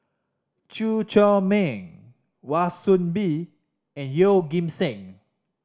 Chew Chor Meng Wan Soon Bee and Yeoh Ghim Seng